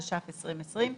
התש"ף-2020".